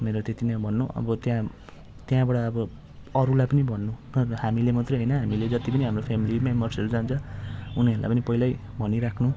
मेरो त्यत्ति नै हो भन्नु अब त्यहाँ त्यहाँबाट अब अरूलाई पनि भन्नु हामीले मात्र होइन हामीले जति पनि हाम्रो फ्यामिली मेम्बर्सहरू जान्छ उनीहरूलाई पनि पहिल्यै भनिराख्नु